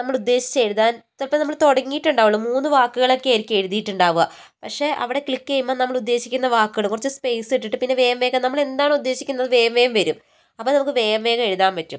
നമ്മൾ ഉദ്ദേശിച്ചത് എഴുതാൻ ചിലപ്പം നമ്മൾ തുടങ്ങിയിട്ടുണ്ടാവുകയുള്ളൂ മൂന്ന് വാക്കുകളൊക്കെ ആയിരിക്കും എഴുതിയിട്ടുണ്ടാവുക പക്ഷേ അവിടെ ക്ലിക്ക് ചെയ്യുമ്പോൾ നമ്മൾ ഉദ്ദേശിക്കുന്ന വാക്കുകൾ കുറച്ച് സ്പേസ് ഇട്ടിട്ട് പിന്നെ വേഗം വേഗം നമ്മൾ എന്താണോ ഉദ്ദേശിക്കുന്നത് വേഗം വേഗം വരും അപ്പം നമുക്ക് വേഗം വേഗം എഴുതാൻ പറ്റും